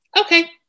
Okay